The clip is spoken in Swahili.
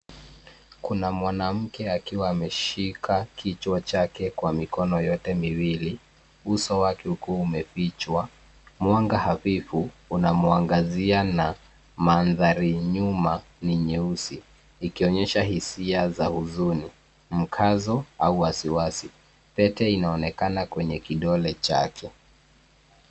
kuna mwanamke akiwa ameshika kichwa chake kwa mikono yote miwili uso wake ukiwa umefichwa. Mwanga hafifu unamwangazia na mandhari ya nyuma ni nyeusi ikionyesha hisia za huzuni, mkazo au wasiwasi. Pete inaonekana kwenye kidole chake.